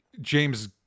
James